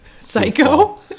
psycho